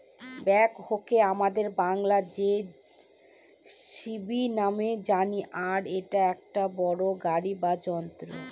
ব্যাকহোকে আমাদের বাংলায় যেসিবি নামেই জানি আর এটা একটা বড়ো গাড়ি বা যন্ত্র